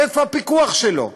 איפה הפיקוח שלו?